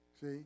See